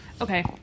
okay